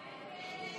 הסתייגות